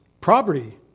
property